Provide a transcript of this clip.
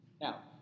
Now